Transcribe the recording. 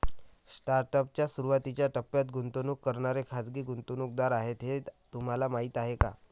Startup च्या सुरुवातीच्या टप्प्यात गुंतवणूक करणारे खाजगी गुंतवणूकदार आहेत हे तुम्हाला माहीत आहे का?